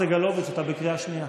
חבר הכנסת סגלוביץ', אתה בקריאה שנייה.